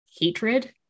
hatred